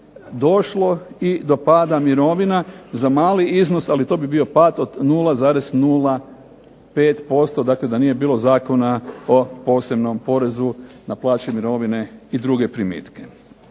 došlo i do pada mirovina za mali iznos, ali to bi bio pad od 0,05%, dakle da nije bilo Zakona o posebnom porezu na plaće, mirovine i druge primitke.